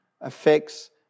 affects